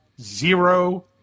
zero